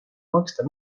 maksta